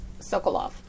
Sokolov